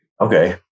okay